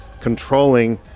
controlling